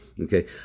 Okay